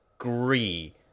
agree